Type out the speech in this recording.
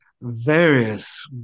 various